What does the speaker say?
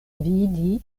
vidi